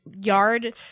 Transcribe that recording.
yard